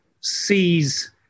sees